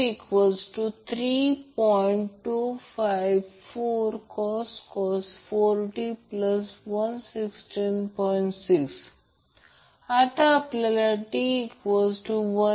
तर इंडक्टर मधील हे व्होल्टेज VL आहे आणि कॅपेसिटरवरील व्होल्टेज VC आहे आणि आपण असे गृहीत धरत आहोत की उदाहरणार्थ VC V म्हणा